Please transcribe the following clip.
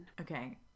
okay